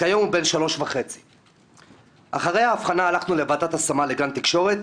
כיום הוא בן 3.5. אחרי האבחנה הלכנו לוועדת השמה לגן תקשורת,